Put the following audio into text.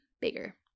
bigger